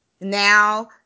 now